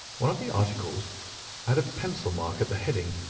one of the articles had a pencil mark at the heading,